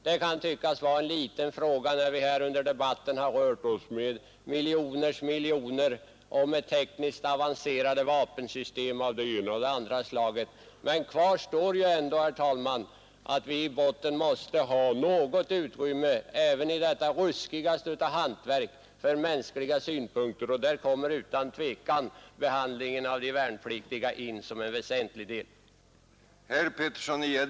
Det kan tyckas vara en liten fråga när vi här i debatten rört oss med belopp på miljoner och åter miljoner och med tekniskt avancerade vapensystem av det ena eller andra slaget. Men kvar står ändå, herr talman, att vi i botten, även i detta det ruskigaste av hantverk, måste ha utrymme för mänskliga synpunkter, och därvid kommer utan tvivel behandlingen av de värnpliktiga in som en väsentlig faktor.